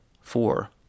Four